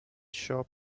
shop